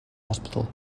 hospital